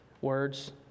words